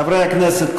חברי הכנסת,